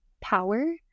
power